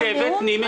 אדוני.